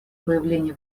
появление